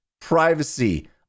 privacy